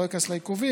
אני לא איכנס לעיכובים,